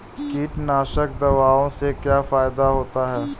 कीटनाशक दवाओं से क्या फायदा होता है?